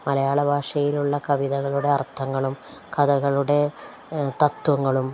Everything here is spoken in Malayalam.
മലയാള ഭാഷയിലുള്ള കവിതകളുടെ അർത്ഥങ്ങളും കഥകളുടെ തത്വങ്ങളും